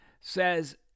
says